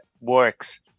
works